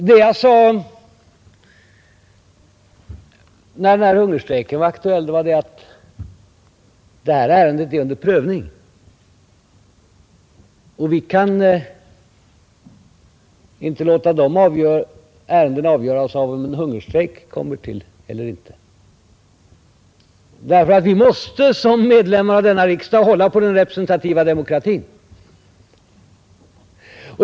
Vad jag sade när den här hungerstrejken var aktuell var att detta ärende är under prövning, och vi kan inte låta sådana ärenden avgöras av om en hungerstrejk kommer till eller inte. Vi måste som medlemmar av denna riksdag hålla på den representativa demokratin.